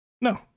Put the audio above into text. No